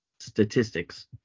statistics